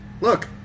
look